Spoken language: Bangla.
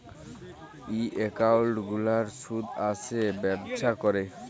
ই একাউল্ট গুলার সুদ আসে ব্যবছা ক্যরে